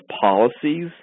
policies